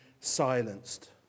silenced